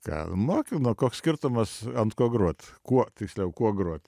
ką moki nu o koks skirtumas ant ko grot kuo tiksliau kuo grot